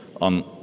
on